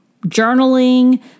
journaling